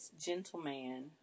gentleman